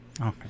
Okay